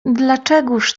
dlaczegóż